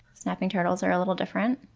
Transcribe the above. snapping turtles are a little different.